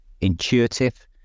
intuitive